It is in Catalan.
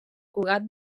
cugat